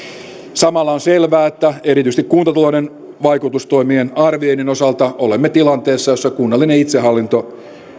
samalla on selvää että erityisesti kuntatalouden vaikutustoimien arvioinnin osalta olemme tilanteessa jossa kunnallinen itsehallinto